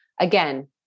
again